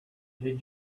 did